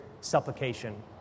supplication